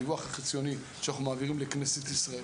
הדיווח החציוני שאנחנו מעבירים לכנסת ישראל